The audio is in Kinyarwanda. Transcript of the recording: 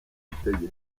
butegetsi